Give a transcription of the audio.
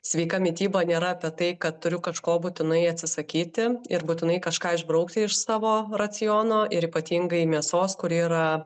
sveika mityba nėra apie tai kad turiu kažko būtinai atsisakyti ir būtinai kažką išbraukti iš savo raciono ir ypatingai mėsos kuri yra